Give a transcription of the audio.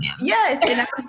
yes